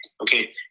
okay